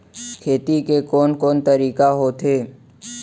खेती के कोन कोन तरीका होथे?